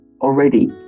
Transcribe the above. already